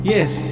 Yes